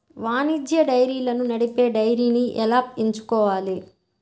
వాణిజ్య డైరీలను నడిపే డైరీని ఎలా ఎంచుకోవాలి?